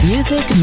Music